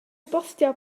bostio